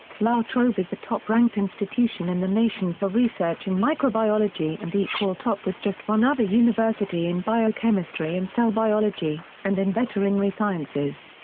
la trobe is the top ranked institution in the nation for research in microbiology and equal top with just one other university in biochemistry and cell biology, and in veterinary sciences.